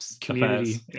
community